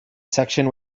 section